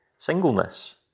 Singleness